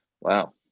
Wow